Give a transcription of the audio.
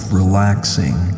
relaxing